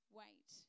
wait